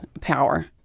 power